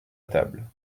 table